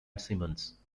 simmons